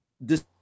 this-